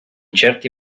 certi